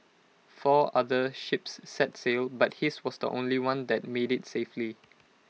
four other ships set sail but his was the only one that made IT safely